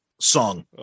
song